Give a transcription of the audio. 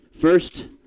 First